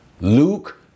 Luke